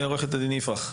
עורכת הדין יפרח,